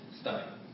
study